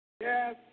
yes